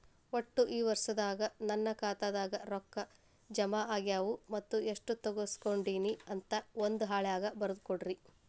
ಒಟ್ಟ ಈ ವರ್ಷದಾಗ ನನ್ನ ಖಾತೆದಾಗ ಎಷ್ಟ ರೊಕ್ಕ ಜಮಾ ಆಗ್ಯಾವ ಮತ್ತ ಎಷ್ಟ ತಗಸ್ಕೊಂಡೇನಿ ಅಂತ ಒಂದ್ ಹಾಳ್ಯಾಗ ಬರದ ಕೊಡ್ರಿ